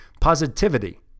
Positivity